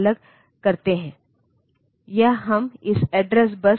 तो 0 का मतलब है कि यह सक्रिय है